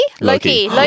Loki